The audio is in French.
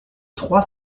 trois